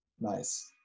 Nice